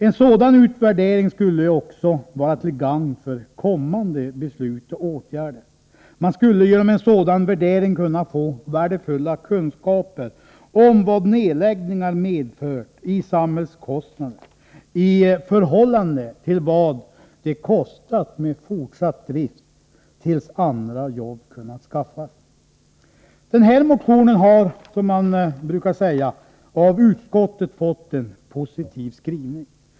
En sådan utvärdering skulle också vara till gagn för kommande beslut och åtgärder. Man skulle genom en sådan värdering kunna få värdefulla kunskaper om vad nedläggningar medfört i samhällskostnader i förhållande till vad det skulle ha kostat med fortsatt drift tills andra jobb kunnat skaffas. Den här motionen har, som man brukar säga, i utskottets betänkande fått en positiv skrivning.